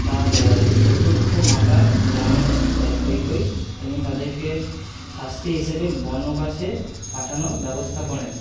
তাঁর চতুর্থ মাতা রামের কৈকেয়ী তিনি তাদেরকে শাস্তি হিসেবে বনবাসে পাঠানোর ব্যবস্থা করেন